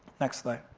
next slide.